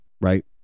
Right